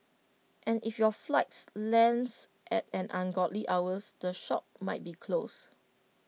and if your flights lands at an ungodly hours the shops might be closed